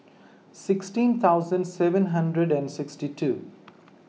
sixteen thousand seven hundred and sixty two